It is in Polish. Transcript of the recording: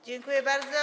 Dziękuję bardzo.